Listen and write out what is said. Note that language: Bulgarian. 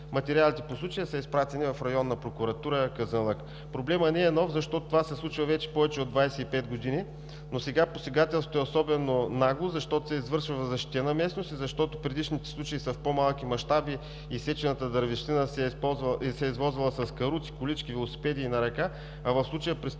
материалите по случая са изпратени в Районна прокуратура – Казанлък. Проблемът не е нов, защото това се случва вече повече от 25 години, но сега посегателството е особено нагло, защото се извършва в защитена местност и защото предишните случаи са в по-малки мащаби и изсечената дървесина се е извозвала с каруци, колички, велосипеди и на ръка, а в случая престъплението